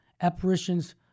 apparitions